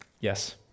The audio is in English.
yes